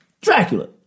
Dracula